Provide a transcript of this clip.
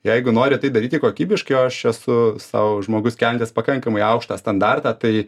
jeigu nori tai daryti kokybiškai o aš esu sau žmogus keliantis pakankamai aukštą standartą tai